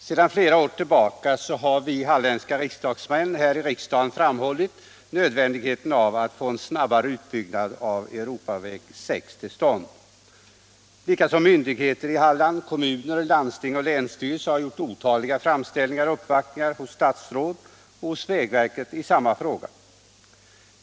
Herr talman! Sedan flera år har vi halländska riksdagsmän här i riksdagen framhållit nödvändigheten av att få en snabbare utbyggnad av Europaväg 6 till stånd. Myndigheter i Halland —- kommuner, landsting och länsstyrelse — har gjort otaliga framställningar och uppvaktningar hos statsråd och hos vägverket i samma fråga.